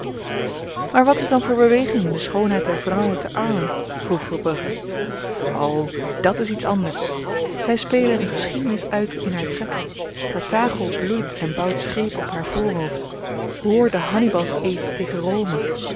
maar wat is dan voor beweging in de schoonheid der vrouwen te arles vroeg verbrugge o dàt is iets anders zy spelen een geschiedenis uit in haar trekken karthago bloeit en bouwt schepen op haar voorhoofd hoor den hannibals eed tegen rome